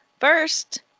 First